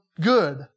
good